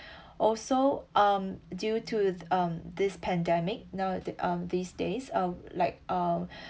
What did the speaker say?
also um due to th~ um this pandemic now th~ um these days uh like uh